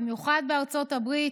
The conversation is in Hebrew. במיוחד בארצות הברית,